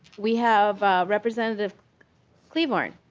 we have representative klevorn.